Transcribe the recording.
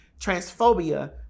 transphobia